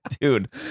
dude